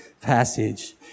passage